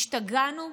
השתגענו?